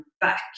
back